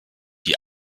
die